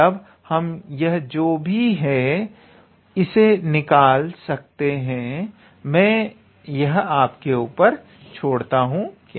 मतलब हम यह जो भी है इसे निकाल सकते हैं मैं यह आपके लिए छोड़ता हूं